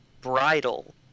bridle